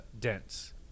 dense